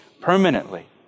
permanently